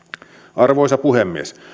arvoisa puhemies